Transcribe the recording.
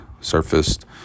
surfaced